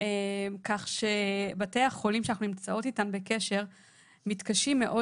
כך שבתי החולים שאנחנו נמצאות איתם בקשר מתקשים מאוד